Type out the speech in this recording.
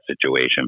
situation